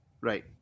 Right